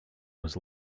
was